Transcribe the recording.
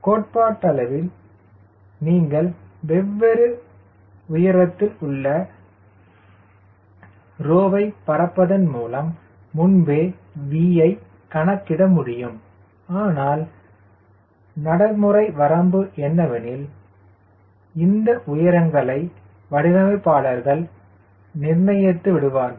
கோட்பாட்டளவில் நீங்கள் வெவ்வேறு வெவ்வேறு உயரத்தில் உள்ள ρ வை பறப்பதன் மூலம் முன்பே V கணக்கிட முடியும் ஆனால் நடைமுறை வரம்பு என்னவெனில் இந்த உயரங்களை வடிவமைப்பாளர்கள் நிர்ணயித்து விடுவார்கள்